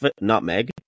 nutmeg